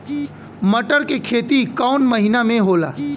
मटर क खेती कवन महिना मे होला?